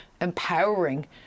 empowering